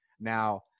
now